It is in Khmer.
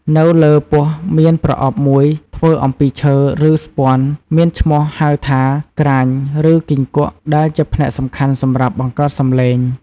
នៅលើពោះមានប្រអប់មួយធ្វើអំពីឈើ ឬស្ពាន់មានឈ្មោះហៅថា ក្រាញ ឬ គីង្គក់ ដែលជាផ្នែកសំខាន់សម្រាប់បង្កើតសំឡេង។